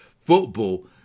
football